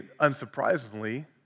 unsurprisingly